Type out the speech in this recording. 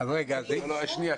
שניה,